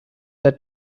the